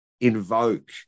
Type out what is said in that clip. invoke